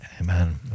Amen